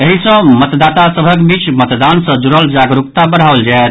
एहि सँ मतदाता सभक बीच मतदान सँ जुड़ल जागरूकता बढ़ाओल जायत